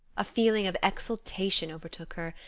a feeling of exultation overtook her,